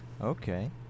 Okay